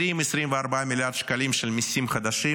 24-20 מיליארד שקלים של מיסים חדשים,